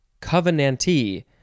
Covenantee